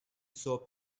صبح